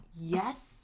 yes